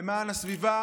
למען הסביבה